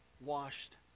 washed